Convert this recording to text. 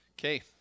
Okay